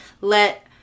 let